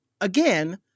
again